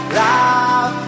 love